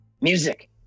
Music